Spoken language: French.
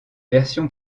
version